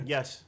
Yes